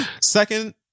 Second